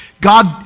God